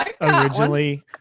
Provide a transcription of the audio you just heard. originally